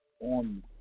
on